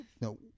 No